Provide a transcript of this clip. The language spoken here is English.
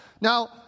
Now